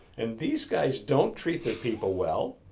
and these guys don't treat their people well,